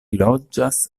loĝas